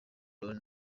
brown